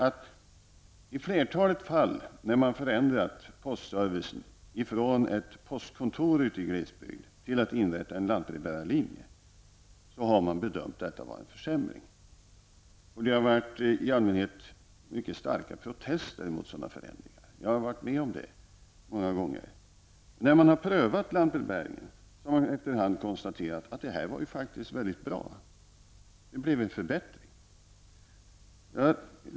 I flertalet fall där postservicen har ändrats -- ett postkontor ute i glesbygden har ersatts av en lantbrevbärarlinje -- har man gjort bedömningen att det är fråga om en försämring. I allmänhet har det varit mycket starka protester mot en sådan förändring. Jag har själv varit med om det många gånger. Men efter en tid med lantbrevbäring har man konstaterat att denna service faktiskt är väldigt bra och att den innebär en förbättring.